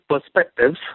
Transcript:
perspectives